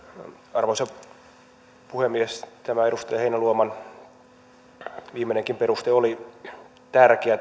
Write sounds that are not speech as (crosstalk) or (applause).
arvoisa puhemies tämä edustaja heinäluoman viimeinenkin peruste oli tärkeä (unintelligible)